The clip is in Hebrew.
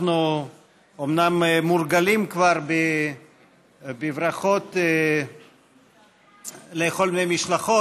אומנם מורגלים כבר בברכות לכל מיני משלחות,